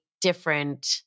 different